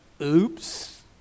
oops